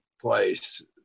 place